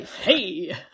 Hey